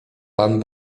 pan